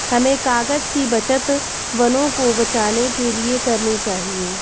हमें कागज़ की बचत वनों को बचाने के लिए करनी चाहिए